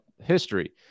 history